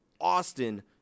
Austin